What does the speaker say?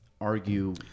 argue